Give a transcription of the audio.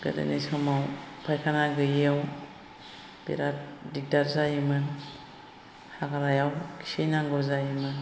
गोदोनि समाव फाइखाना गैयियाव बिराद दिग्दार जायोमोन हाग्रायाव खिहैनांगौ जायोमोन